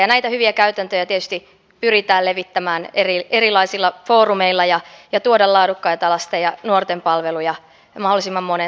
ja näitä hyviä käytäntöjä tietysti pyritään levittämään erilaisilla foorumeilla ja tuomaan laadukkaita lasten ja nuorten palveluja mahdollisimman monen saataville